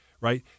right